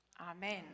amen